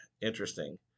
interesting